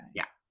yeah.